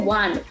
one